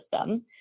system